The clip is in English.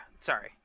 sorry